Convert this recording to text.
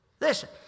Listen